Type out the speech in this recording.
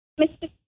Mr